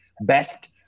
best